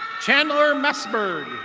chandler vesper.